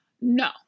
no